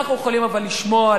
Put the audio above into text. אבל אנחנו יכולים לשמוע,